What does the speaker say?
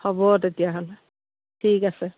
হ'ব তেতিয়াহ'লে ঠিক আছে